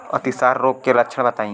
अतिसार रोग के लक्षण बताई?